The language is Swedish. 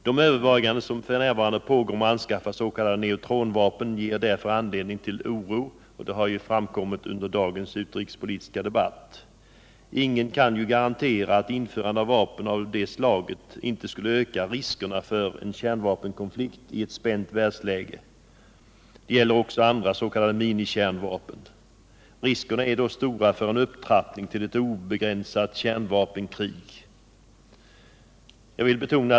De överväganden som f. n. pågår om att anskaffa s.k. neutronvapen ger därför anledning till oro, vilket framkommit under dagens utrikespolitiska debatt. Ingen kan garantera att införande av vapen av detta slag inte skulle öka riskerna för en kärnvapenkonflikt i ett spänt världsläge. Det gäller även andra s.k. minikärnvapen. Riskerna är då stora för en upptrappning till ett obegränsat kärnvapenkrig.